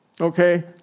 Okay